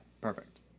perfect